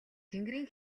тэнгэрийн